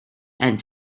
and